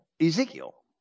Ezekiel